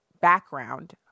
background